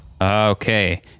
Okay